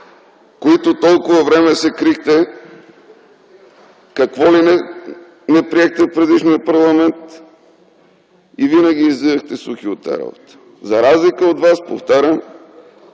които толкова време се крихте, какво ли не приехте в предишния парламент и винаги излизахте сухи от тази работа. За разлика от вас, повтарям,